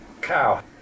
cow